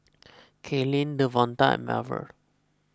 Kaylyn Devonta and Marver